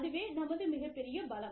அதுவே நமது மிகப்பெரிய பலம்